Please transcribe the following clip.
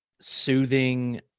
soothing